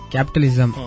Capitalism